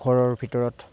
ঘৰৰ ভিতৰত